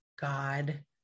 God